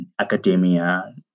academia